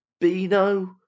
Bino